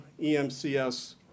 EMCS